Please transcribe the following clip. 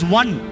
one